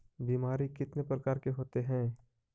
बीमारी कितने प्रकार के होते हैं?